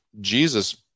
Jesus